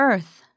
Earth